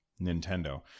Nintendo